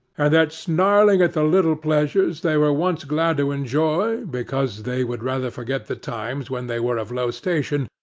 and that snarling at the little pleasures they were once glad to enjoy, because they would rather forget the times when they were of lower station,